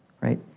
right